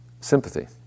sympathy